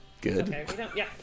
Good